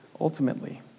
Ultimately